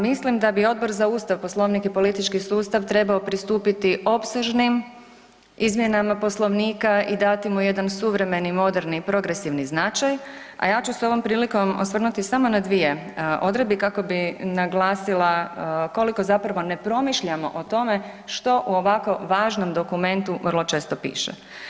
Mislim da bi Odbor za Ustav, Poslovnik i politički sustav trebao pristupiti opsežnim izmjenama Poslovnika i dati mu jedan suvremeni, moderni, progresivni značaj, a ja ću se ovom prilikom osvrnuti samo na dvije odredbe kako bi naglasila koliko zapravo ne promišljamo o tome što u ovako važnom dokumentu vrlo često piše.